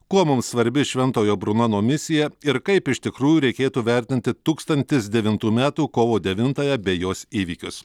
kuo mums svarbi šventojo brunono misija ir kaip iš tikrųjų reikėtų vertinti tūkstantis devintų metų kovo devintąją bei jos įvykius